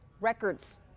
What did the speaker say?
records